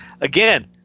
Again